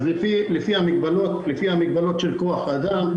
לפי המגבלות של כוח האדם,